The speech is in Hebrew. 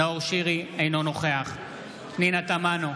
אינו נוכח פנינה תמנו,